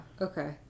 Okay